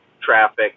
traffic